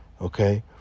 okay